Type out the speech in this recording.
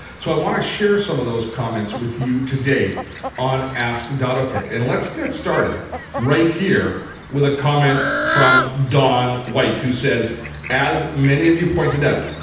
so i want to share some of those comments with you today on ask dottotech. and let's get start right here with a comment from don white who says as many of you pointed out,